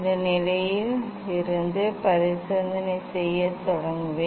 இந்த நிலையில் இருந்து பரிசோதனை செய்யத் தொடங்குவேன்